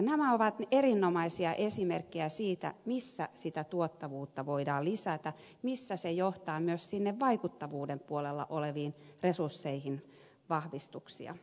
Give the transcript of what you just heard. nämä ovat erinomaisia esimerkkejä siitä missä tuottavuutta voidaan lisätä missä se tuo myös vaikuttavuuden puolella oleviin resursseihin vahvistuksia